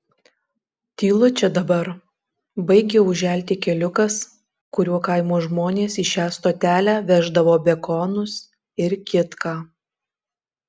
tylu čia dabar baigia užželti keliukas kuriuo kaimo žmonės į šią stotelę veždavo bekonus ir kitką